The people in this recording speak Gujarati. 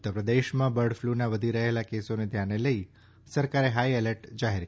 ઉત્તરપ્રદેશમાં બર્ડફ્લુના વધી રહેલા કેસોને ધ્યાને લઇ સરકારે હાઇ એલર્ટ જાહેર કર્યું છે